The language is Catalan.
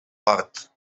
hort